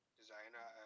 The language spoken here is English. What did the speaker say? designer